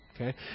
okay